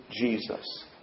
Jesus